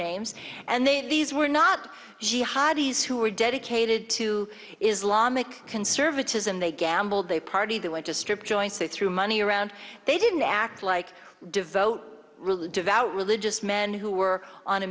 names and they these were not jihadi s who were dedicated to islamic conservatism they gambled they party they went to strip joints they threw money around they didn't act like devote really devout religious men who were on a